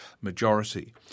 majority